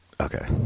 Okay